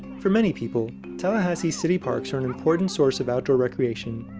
for many people, tallahassee's city parks are an important source of outdoor recreation.